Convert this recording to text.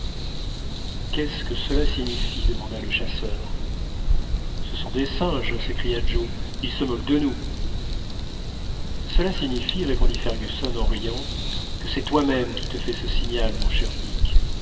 qu'est-ce que cela signifie demanda le chasseur ce sont des singes sécria joe ils se moquent de nous cela signifie répondit fergusson en riant que c'est toi-même qui te fais ce signal mon cher dick